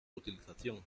utilización